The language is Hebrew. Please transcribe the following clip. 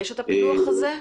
יש את הפילוח הזה?